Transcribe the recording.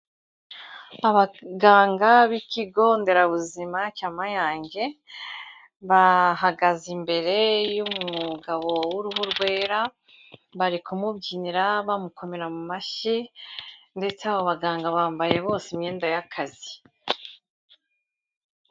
Abaganga b'ikigo nderabuzima cya Mayange, bahagaze imbere y'umugabo w'uruhu rwera, bari kumubyinira bamukomera mu mashyi, ndetse abo baganga bambaye bose imyenda y'akazi.